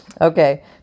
Okay